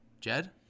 Jed